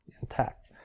intact